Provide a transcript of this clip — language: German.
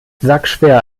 sackschwer